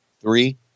three